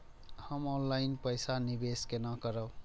हम ऑनलाइन पैसा निवेश केना करब?